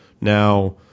Now